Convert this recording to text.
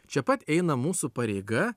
čia pat eina mūsų pareiga